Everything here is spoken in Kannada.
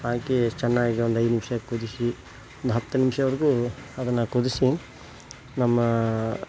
ಹಾಕಿ ಚೆನ್ನಾಗಿ ಒಂದು ಐದು ನಿಮಿಷ ಕುದಿಸಿ ಒಂದು ಹತ್ತು ನಿಮ್ಷವರೆಗೂ ಅದನ್ನು ಕುದಿಸಿ ನಮ್ಮ